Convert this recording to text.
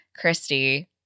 Christy